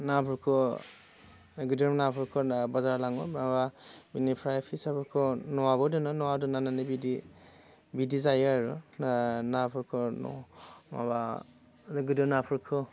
नाफोरखौ गिदिर नाफोरखौ बाजाराव लाङो माबा बेनिफ्राय फिसाफोरखौ न'आवबो दोनो न'आव दोन्नानै बिदि बिदि जायो आरो नाफोरखौ माबा गिदिर नाफोरखौ